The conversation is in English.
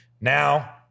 Now